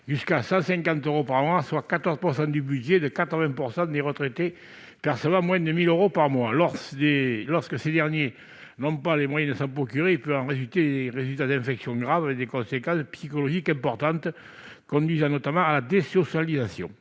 jusqu'à 150 euros par mois, soit 14 % du budget de 80 % des retraités percevant moins de 1 000 euros par mois. Lorsque ces derniers n'ont pas les moyens de s'en procurer, il peut en résulter des risques graves d'infection avec des conséquences psychologiques importantes conduisant notamment à la désocialisation.